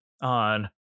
on